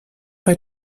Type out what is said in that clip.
bei